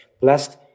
blessed